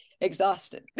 exhausted